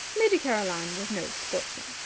lady caroline was no sportsman.